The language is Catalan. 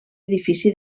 edifici